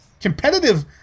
Competitive